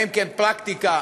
אם כן, זו פרקטיקה